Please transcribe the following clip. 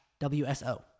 WSO